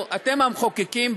אתם המחוקקים,